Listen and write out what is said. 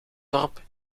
dorp